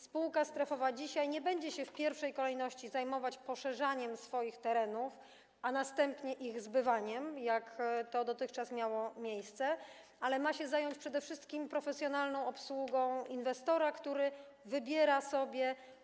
Spółka strefowa dzisiaj nie będzie się w pierwszej kolejności zajmować poszerzaniem swoich terenów, a następnie ich zbywaniem, jak to dotychczas miało miejsce, ale ma się zająć przede wszystkim profesjonalną obsługą inwestora, który wybiera sobie.